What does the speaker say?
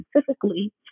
specifically